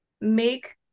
make